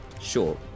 Sure